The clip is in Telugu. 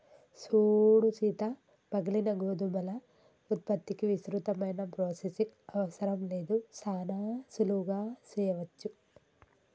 సూడు సీత పగిలిన గోధుమల ఉత్పత్తికి విస్తృతమైన ప్రొసెసింగ్ అవసరం లేదు సానా సులువుగా సెయ్యవచ్చు